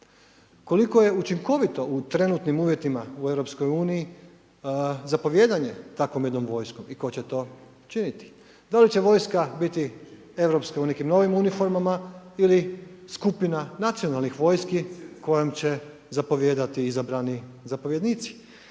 koliko je učinkovito u trenutnim uvjetima u EU zapovijedanje takvom jednom vojskom i ko će to činiti, da li će vojska biti europska u nekim novim uniformama ili skupina nacionalnih vojski kojom će zapovijedati izabrani zapovjednici.